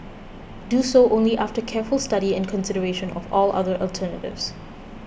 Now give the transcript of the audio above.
do so only after careful study and consideration of all other alternatives